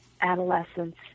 adolescence